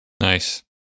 Nice